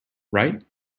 right